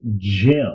Jim